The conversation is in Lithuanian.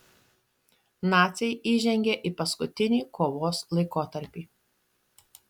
naciai įžengė į paskutinį kovos laikotarpį